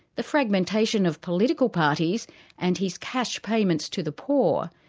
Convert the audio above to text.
the fragmentation of political parties and his cash payments to the poor.